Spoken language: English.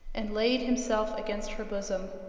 and laid himself against her bosom.